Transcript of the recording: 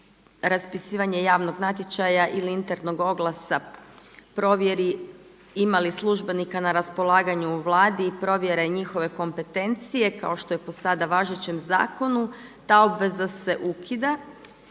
raspisivanja javnog natječaja ili internog oglasa provjeri ima li službenika na raspolaganju u Vladi i provjere njihove kompetencije kao što je po sada važećem zakonu. Ta obveza se ukida